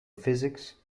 physics